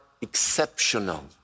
exceptional